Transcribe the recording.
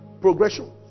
Progression